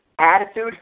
attitude